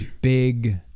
big